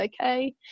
okay